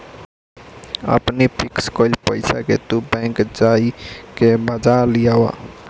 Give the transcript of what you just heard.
अपनी फिक्स कईल पईसा के तू बैंक जाई के भजा लियावअ